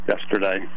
yesterday